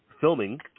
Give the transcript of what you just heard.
filming